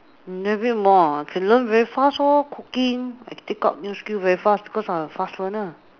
elaborate more ah can learn very fast lor cooking I take up new skills very fast because I am a fast learner